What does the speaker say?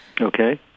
Okay